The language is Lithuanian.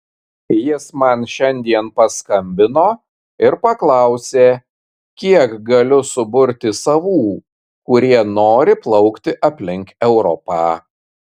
jis man šiandien paskambino ir paklausė kiek galiu suburti savų kurie nori plaukti aplink europą